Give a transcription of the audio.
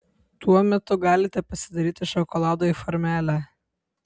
tuo metu galite pasidaryti šokoladui formelę